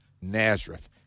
Nazareth